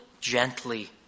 gently